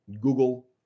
Google